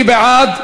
מי בעד?